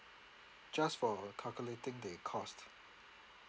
just for calculating the cost